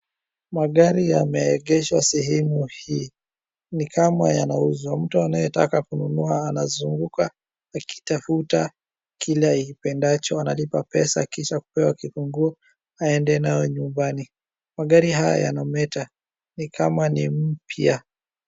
Magari yameegeshwa sehemu hii, ni kama yanauzwa. Mtu anayetaka kununua anazunguka akitafuta kile aipendacho analipa pesa kisha kupewa kifunguo aende nayo nyumbani. Magari haya yanameta ni kama ni mpya.